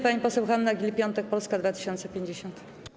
Pani poseł Hanna Gill-Piątek, Polska 2050.